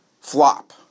flop